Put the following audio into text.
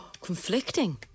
conflicting